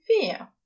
fear